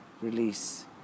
release